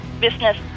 business